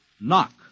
Knock